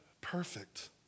perfect